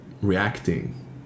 Reacting